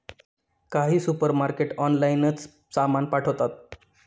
काही सुपरमार्केट ऑनलाइनच सामान पाठवतात